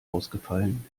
ausgefallen